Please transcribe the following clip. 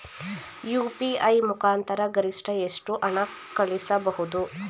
UPI ಮುಖಾಂತರ ಗರಿಷ್ಠ ಎಷ್ಟು ಹಣ ಕಳಿಸಬಹುದು?